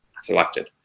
selected